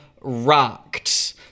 rocked